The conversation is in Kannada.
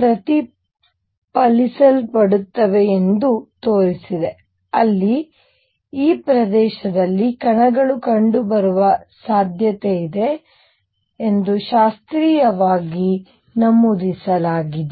ಪ್ರತಿಫಲಿಸಲ್ಪಡುತ್ತವೆ ಎಂದು ತೋರಿಸಿದೆ ಅಲ್ಲಿ ಈ ಪ್ರದೇಶದಲ್ಲಿ ಕಣಗಳು ಕಂಡುಬರುವ ಸಾಧ್ಯತೆಯಿದೆ ಶಾಸ್ತ್ರೀಯವಾಗಿ ನಮೂದಿಸಲಾಗಿದೆ